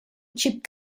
chip